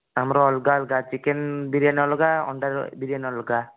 ଆମର ଅଲଗା ଅଲଗା ଚିକେନ ବିରିୟାନି ଅଲଗା ଅଣ୍ଡା ବିରିୟାନି ଅଲଗା